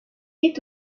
est